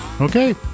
Okay